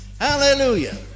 Hallelujah